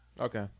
Okay